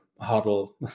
huddle